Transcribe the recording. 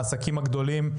העסקים הגדולים,